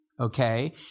okay